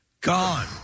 Gone